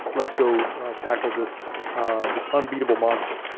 let's go tackle this this unbeatable monster.